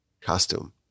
costume